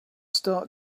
start